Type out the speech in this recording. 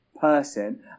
person